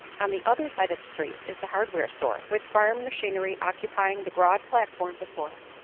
on the other side of the street is the hardware store, with farm machinery occupying the broad platform before it,